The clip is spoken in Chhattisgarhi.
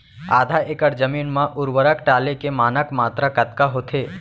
आधा एकड़ जमीन मा उर्वरक डाले के मानक मात्रा कतका होथे?